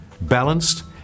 balanced